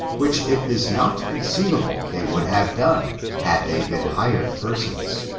which it is not conceivable they would have done, had they been hired persons.